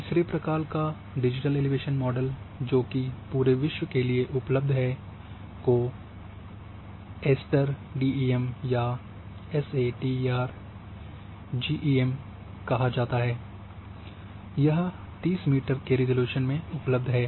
तीसरे प्रकार का डिजिटल एलिवेशन मॉडल जोकि पूरे विश्व के लिए उपलब्ध हैं को एएसटीईआर डीईएम या एएसटीईआर जीडीईएम कहा जाता है यह 30 मीटर के रिज़ॉल्यूशन में उपलब्ध है